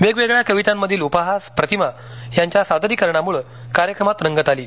वेगवेगळ्या कवितांमधील उपहास प्रतिमा यांच्या सादरीकरणामूळ कार्यक्रमात रंगत आली